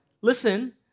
Listen